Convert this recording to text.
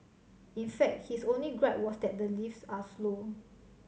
in fact his only gripe was that the lifts are slow